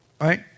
Right